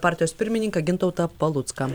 partijos pirmininką gintautą palucką